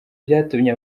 byatumye